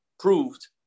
Proved